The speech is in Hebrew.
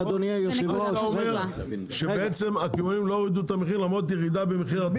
אתה אומר שהקמעונאים לא הורידו את המחיר למרות ירידה במחיר התערובת?